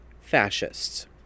fascists